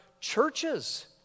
churches